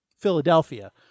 philadelphia